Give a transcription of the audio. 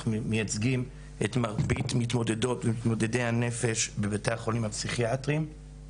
את מרבית מתמודדות ומתמודדי הנפש בבתי החולים הפסיכיאטריים.